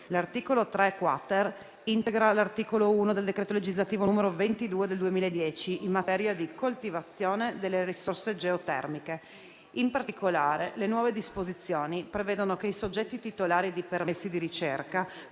L'articolo 3-*quater* integra l'articolo 1 del decreto-legislativo n. 22 del 2010 in materia di coltivazione delle risorse geotermiche. In particolare, le nuove disposizioni prevedono che i soggetti titolari di permessi di ricerca